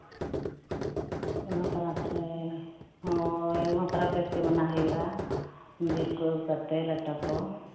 ᱜᱚᱢᱦᱟ ᱯᱚᱨᱚᱵᱽ ᱨᱮ ᱦᱳᱭ ᱜᱚᱢᱦᱟ ᱯᱚᱨᱚᱵᱽ ᱵᱮᱥᱜᱮ ᱢᱟᱱᱟᱣ ᱦᱩᱭᱩᱜᱼᱟ ᱡᱤᱞ ᱠᱚ ᱟᱹᱜᱩ ᱠᱟᱛᱮᱫ ᱞᱮᱴᱚ ᱠᱚ